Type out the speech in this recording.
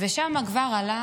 חברי